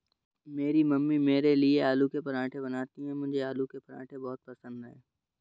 मेरी मम्मी मेरे लिए आलू के पराठे बनाती हैं मुझे आलू के पराठे बहुत पसंद है